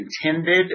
intended